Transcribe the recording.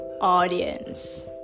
audience